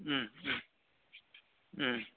औ औ औ